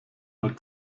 mal